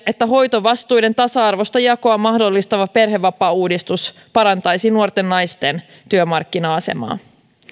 että hoitovastuiden tasa arvoista jakoa mahdollistava perhevapaauudistus parantaisi nuorten naisten työmarkkina asemaa